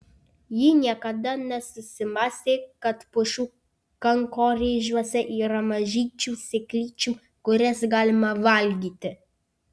ji niekada nesusimąstė kad pušų kankorėžiuose yra mažyčių sėklyčių kurias galima valgyti